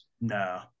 No